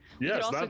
yes